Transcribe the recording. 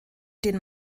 den